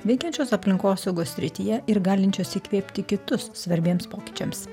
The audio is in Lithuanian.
veikiančios aplinkosaugos srityje ir galinčios įkvėpti kitus svarbiems pokyčiams